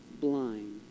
blind